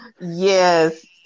Yes